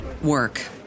work